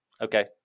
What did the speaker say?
Okay